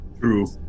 True